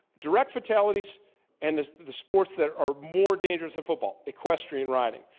direct fatalities and the the sports that are more dangerous than football. equestrian riding,